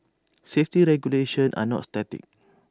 safety regulations are not static